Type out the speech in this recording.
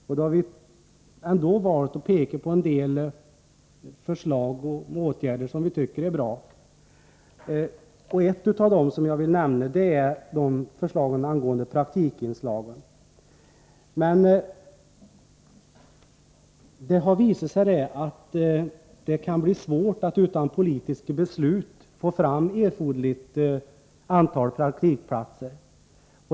Vi har ändå valt att peka på en del förslag till åtgärder som vi tycker är bra. Ett av dem, som jag vill nämna här, är förslaget angående praktikinslag. Det har dock visat sig att det kan bli svårt att utan politiska beslut få fram erforderligt antal praktikplatser.